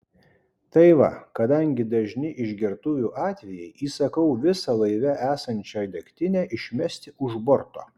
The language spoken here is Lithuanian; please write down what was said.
tai va kadangi dažni išgertuvių atvejai įsakau visą laivę esančią degtinę išmesti už borto